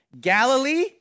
Galilee